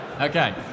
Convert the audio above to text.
Okay